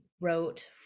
wrote